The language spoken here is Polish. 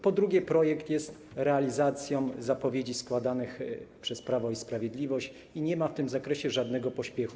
Po drugie, projekt jest realizacją zapowiedzi składanych przez Prawo i Sprawiedliwość i nie ma w tym zakresie żadnego pośpiechu.